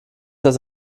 das